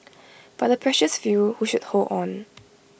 but A precious few who should hold on